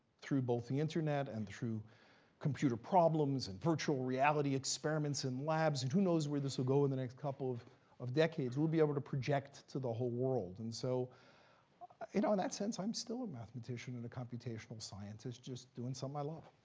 through both the internet and through computer problems, and virtual reality, experiments in labs, and who knows where this will go in the next couple of of decades, we'll be able to project to the whole world. and so you know in that sense, i'm still a mathematician and a computational scientist. just doing something so i love.